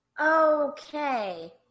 Okay